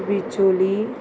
Bicholim